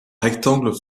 rectangle